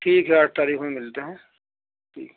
ٹھیک ہے آٹھ تاریخ میں ملتے ہیں جی